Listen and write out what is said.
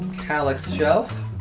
kallax shelf.